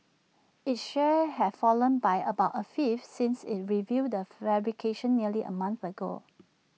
its shares have fallen by about A fifth since IT revealed the fabrication nearly A month ago